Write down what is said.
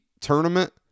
tournament